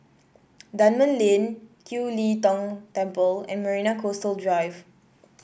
Dunman Lane Kiew Lee Tong Temple and Marina Coastal Drive